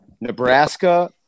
Nebraska